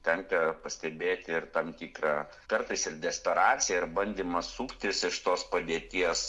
tenka pastebėti ir tam tikrą kartais ir desperaciją ir bandymą suktis iš tos padėties